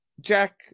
Jack